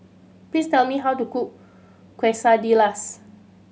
please tell me how to cook Quesadillas